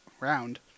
round